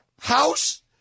house